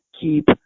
keep